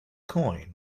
coin